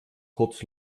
kurz